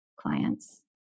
clients